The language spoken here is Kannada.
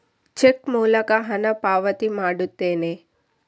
ಚೆಕ್ ಮೂಲಕ ಹಣ ಪಾವತಿ ಮಾಡುತ್ತೇನೆ